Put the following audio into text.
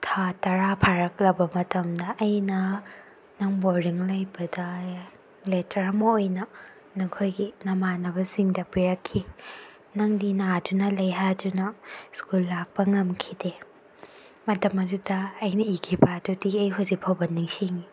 ꯊꯥ ꯇꯔꯥ ꯐꯥꯔꯛꯂꯕ ꯃꯇꯝꯗ ꯑꯩꯅ ꯅꯪ ꯕꯣꯔꯗꯤꯡ ꯂꯩꯕꯗ ꯂꯦꯇꯔ ꯑꯃ ꯑꯣꯏꯅ ꯅꯈꯣꯏꯒꯤ ꯅꯃꯥꯟꯅꯕꯁꯤꯡꯗ ꯄꯤꯔꯛꯈꯤ ꯅꯪꯗꯤ ꯅꯥꯗꯨꯅ ꯂꯩ ꯍꯥꯏ ꯑꯗꯨꯅ ꯁ꯭ꯀꯨꯜ ꯂꯥꯛꯄ ꯉꯝꯈꯤꯗꯦ ꯃꯇꯝ ꯑꯗꯨꯗ ꯑꯩꯅ ꯏꯈꯤꯕ ꯑꯗꯨꯗꯤ ꯑꯩ ꯍꯧꯖꯤꯛ ꯐꯥꯎꯕ ꯅꯤꯡꯁꯤꯡꯉꯤ